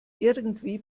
irgendwie